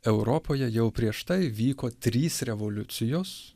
europoje jau prieš tai vyko trys revoliucijos